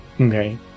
okay